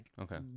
Okay